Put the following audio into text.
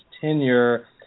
tenure